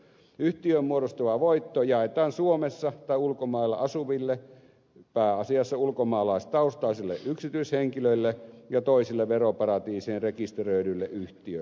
yhtiön muodostama voitto jaetaan suomessa tai ulkomailla asuville pääasiassa ulkomaalaistaustaisille yksityishenkilöille ja toisille veroparatiisiin rekisteröidylle yhtiölle